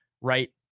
right